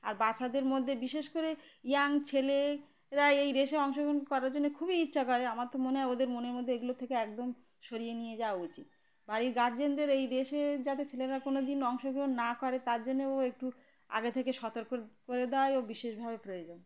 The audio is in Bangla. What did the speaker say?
আর বাচ্চাদের মধ্যে বিশেষ করে ইয়ং ছেলেরা এই রেসে অংশগ্রহণ করার জন্যে খুবই ইচ্ছা করে আমার তো মনে হয় ওদের মনের মধ্যে এগুলো থেকে একদম সরিয়ে নিয়ে যাওয়া উচিত বাড়ির গার্জিয়ানদের এই রেসে যাতে ছেলেরা কোনো দিন অংশগ্রহণ না করে তার জন্যেও একটু আগে থেকে সতর্ক করে দেওয়াই ও বিশেষভাবে প্রয়োজন